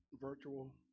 virtual